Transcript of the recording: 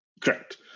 Correct